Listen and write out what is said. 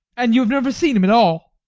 and you have never seen him at all?